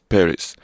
Paris